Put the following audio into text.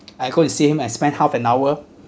I go to see him and spend half an hour